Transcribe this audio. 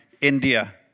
India